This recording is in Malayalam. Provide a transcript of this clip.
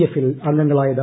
എഫീൽ അംഗങ്ങളായത്